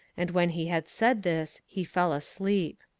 and when he had said this, he fell asleep.